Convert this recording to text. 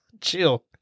chill